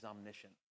omniscient